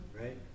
Right